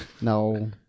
No